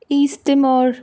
East Timor